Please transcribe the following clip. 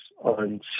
on